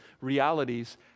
realities